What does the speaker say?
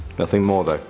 nothing more though.